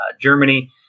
Germany